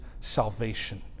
salvation